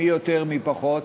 מי יותר, מי פחות,